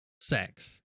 sex